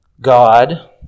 God